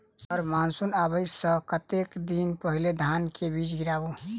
Sir monsoon आबै सऽ कतेक दिन पहिने धान केँ बीज गिराबू?